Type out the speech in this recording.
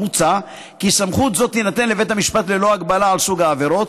מוצע כי סמכות זו תינתן לבית המשפט ללא הגבלה על סוג העבירות,